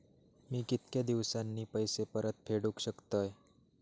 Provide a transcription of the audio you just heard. मी कीतक्या दिवसांनी पैसे परत फेडुक शकतय?